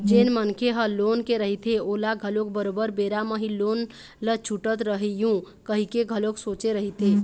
जेन मनखे ह लोन ले रहिथे ओहा घलोक बरोबर बेरा म ही लोन ल छूटत रइहूँ कहिके घलोक सोचे रहिथे